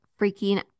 freaking